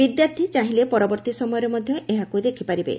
ବିଦ୍ୟାର୍ଥୀ ଚାହିଁଲେ ପରବର୍ଭୀ ସମୟରେ ମଧ୍ଧ ଏହାକୁ ଦେଖପାରିବେ